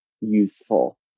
useful